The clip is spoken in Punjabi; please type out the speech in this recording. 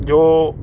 ਜੋ